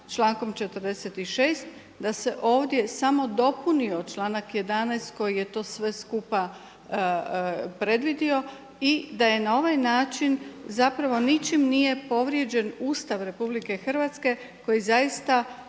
člankom 46. da se ovdje samo dopunio članak 11. koji je sve to skupa predvidio i da je na ovaj način zapravo ničim nije povrijeđen Ustav RH koji zaista